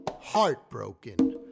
heartbroken